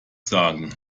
sagen